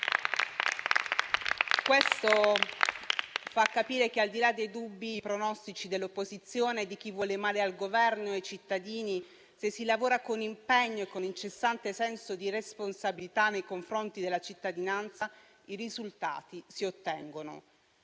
Questo fa capire che, al di là dei dubbi pronostici dell'opposizione e di chi vuole male al Governo e ai cittadini, se si lavora con impegno e con incessante senso di responsabilità nei confronti della cittadinanza, i risultati si ottengono.